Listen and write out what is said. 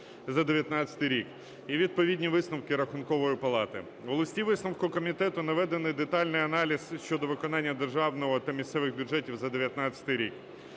на 2019 рік" і відповідні висновки Рахункової палати. У листі-висновку комітету наведений детальний аналіз щодо виконання державного та місцевих бюджетів за 2019 рік.